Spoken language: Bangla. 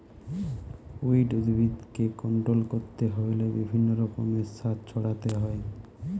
উইড উদ্ভিদকে কন্ট্রোল করতে হইলে বিভিন্ন রকমের সার ছড়াতে হয়